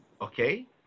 Okay